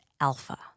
alpha